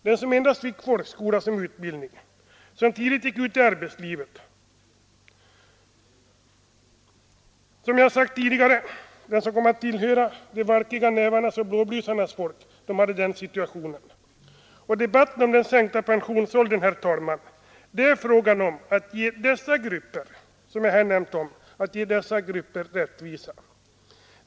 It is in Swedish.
Den som endast fick folkskola som utbildning och som tidigt gick ut i arbetslivet, han kom, som jag sagt tidigare, att tillhöra de valkiga nävarnas och blåblusarnas folk. Debatten om den sänkta pensionsåldern gäller, herr talman, frågan om att ge dessa grupper rättvisa.